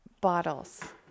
bottles